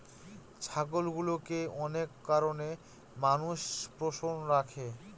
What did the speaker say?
ছাগলগুলোকে অনেক কারনে মানুষ পোষ্য রাখে